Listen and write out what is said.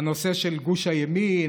והנושא של גוש הימין,